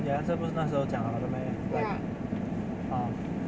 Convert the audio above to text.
ya 这不是那时候讲好的 meh like err